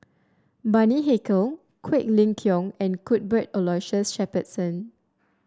Bani Haykal Quek Ling Kiong and Cuthbert Aloysius Shepherdson